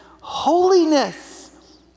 holiness